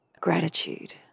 gratitude